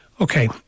Okay